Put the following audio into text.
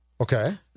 Okay